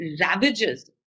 ravages